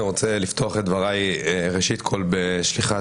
אני רוצה לפתוח את דבריי ראשית כל בשליחת